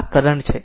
આ કરંટ છે